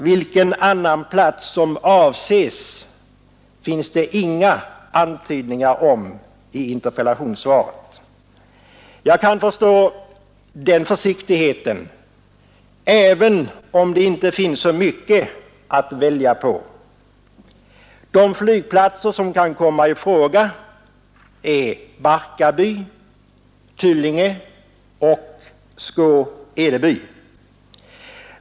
Vilken annan plats som avses gavs det inga antydningar om i interpellationssvaret. Jag kan förstå den försiktigheten, även om det inte finns så mycket att välja på. De flygplatser som kan komma i fråga är Barkarby, Tullinge och Skå—Edeby.